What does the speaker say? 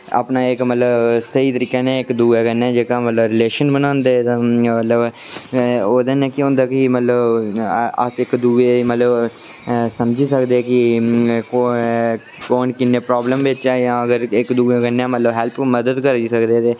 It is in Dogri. अपना इक मतलब स्हेई तरीके कन्नै इक दुऐ कन्नै जेह्का मतलब रिलेशन बनांदे मतलब ओह्दे ने केह् होंदा कि मतलब अस इक दूऐ ई मतलब समझी सकदे कि ओह् कु'न कि'न्नी प्रॉब्लम बिच ऐ जां अगर इक दूऐ कन्नै मतलब हेल्प मदद करी सकदे ते